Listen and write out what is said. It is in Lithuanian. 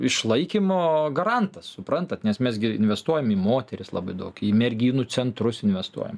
išlaikymo garantas suprantat nes mes gi investuojam į moteris labai daug į merginų centrus investuojam